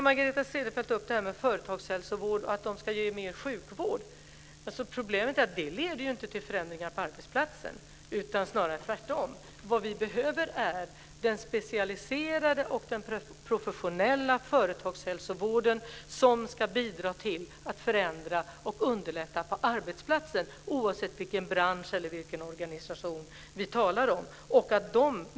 Margareta Cederfelt tar också upp företagshälsovården och menar att den ska ge mer sjukvård. Problemet är att detta inte leder till förändringar på arbetsplatsen - snarare tvärtom. Vi behöver en specialiserad och professionell företagshälsovård som ska bidra till att förändra och underlätta på arbetsplatsen, oavsett vilken bransch eller vilken organisation vi talar om.